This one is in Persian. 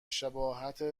شباهت